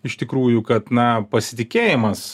iš tikrųjų kad na pasitikėjimas